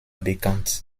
bekannt